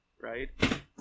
right